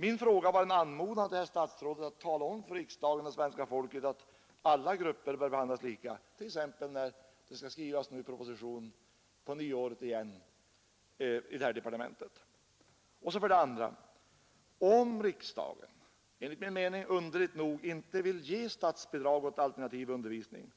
Min fråga var en anmodan till herr statsrådet att tala om för riksdagen och svenska folket, att alla grupper bör behandlas lika, t.ex. när det nu på nyåret återigen skall skrivas proposition i departementet. För det andra: om riksdagen underligt nog inte vill ge statsbidrag åt alternativ undervisning,